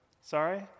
Sorry